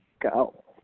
go